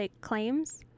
claims